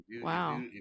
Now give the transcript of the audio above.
wow